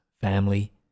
family